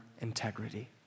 integrity